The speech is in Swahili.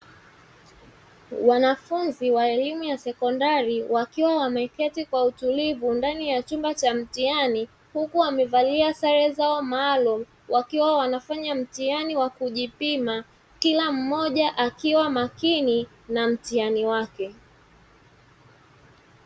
wanafunzi wa elimu ya sekondari wakiwa wameketi kwa utulivu ndani ya chumba cha mtihani huku wamevalia sare zao maalum wakiwa wanafanya mtihani wa kujipima, kila mmoja akiwa makini na mtihani wake.